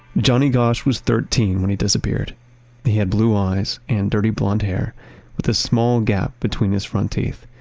johnny gosch was thirteen when he disappeared. he had blue eyes and dirty blonde hair with a small gap between his front teeth,